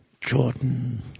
Jordan